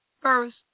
First